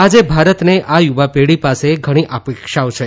આજે ભારતને આ યુવા પેઢી પાસે ઘણી આશાઓ છે